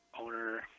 Owner